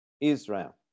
Israel